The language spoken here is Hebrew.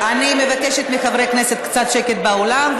אני מבקשת מחברי הכנסת קצת שקט באולם,